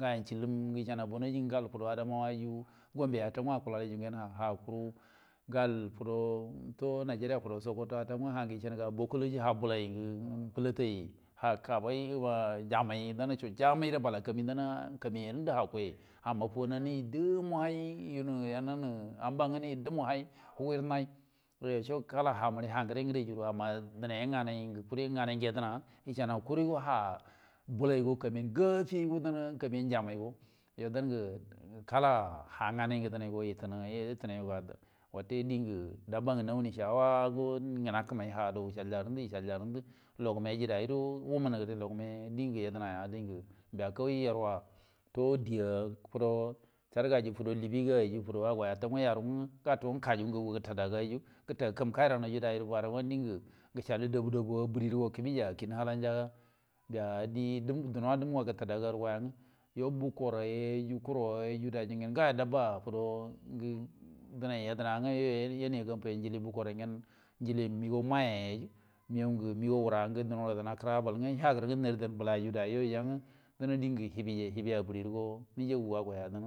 Gayen cələm ngə yəcenə ga bonoji ngə gal fudo adamawa rə gombeyan attaw, kuru gal nigeria fudo sokoto attau gyen ha ngwə yəcənəga bokuloji ha bolay ngə bəlatay kabay amay danaco jamay gərə bala kami gəa danna kanie yarə ngəndu ha kuyiay ngə yunə yananə amba ngwə nəji dumu hay hugərə nay ya kala ha mu gərə ha ngəde ngəde juru amma dənay gwə nganay ngə kuri, nganay ngə yədəna yəcəna kuri go ha bol ay go kamin paffay go dan ‘ a kami ‘an jammay go yo dangə kala ha nganay ngə dənay go yətənə, wate dien gə dabba ngə nawunə shawago diengə nakəmay ha yəcəalja ndaow wucəlja yəcəlje rə ngəndə logumə ay rə day guro wunənə gəre diengə yədəna ya, diengə yəruwa to dieya fudo chadga ayrə fudo libi gayrə fudo ago attaw ngwə yaru ngwə gatu ngwə kaju ngagu ga gəba tagu ayyu, gətəgə, kəm kayran ayrə dayyu yawwa diengə gəcəalay dabu dabu a bəri guəro kin hala nja bəa die dunowa ‘a dumu ga gətə tagə dugo yangwə bukor ayyu, kuro ayyu dayyu yungwə gyen ngawo dabba fudo gə dənay yədəna ngwə yoyu yanaya gamu rə ay bukor a gyen nijiwə məgaw mai yay ayyu, rəngə məgaw wura ngə duna adan akəra abal ngwə yagərə ngwə naridan bəla yoyu ayyangwə, danla diengə həbiya, həbiy ‘a biəri nguro nəjapu agoya dan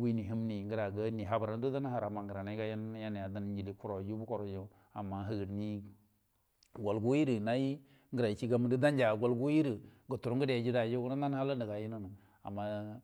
wəni nəmn ngərə ngə dan habar an guro danna haram a ngəranay ga yanja nji lie kuro bukor ayyu yual gniwa gərə gəran cie gan məndə danga guru yəna kutura ngəna, amma gual gwuwi hijira yuo gəra ngəran cie gamundə danje ga gual guwi gəro gurura ngəday gyenyu dayyu gyen na’al halal də gal yənani anma’a.